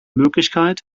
möglichkeit